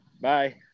bye